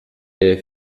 est